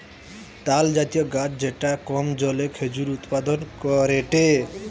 তালজাতীয় গাছ যেটা কম জলে খেজুর উৎপাদন করেটে